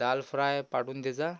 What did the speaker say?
दाल fry पाठवून देजा